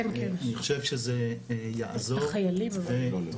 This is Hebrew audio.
אני חושב שזה יעזור ולנו,